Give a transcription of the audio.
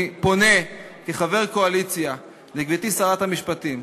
אני פונה כחבר קואליציה לגברתי שרת המשפטים: